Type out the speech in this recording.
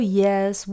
yes